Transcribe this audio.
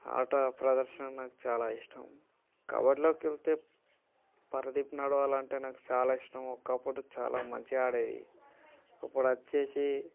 ఆట ప్రదర్శన నాకు చాలా ఇష్టం కవర్డ్లోకెళ్తే పరదీప్నరవల్ అంటే నాకు చాలా ఇష్టం ఒకప్పుడు చాలా మంచిగా ఆడేది ఇప్పుడు వచ్చి